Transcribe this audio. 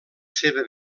seva